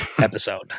episode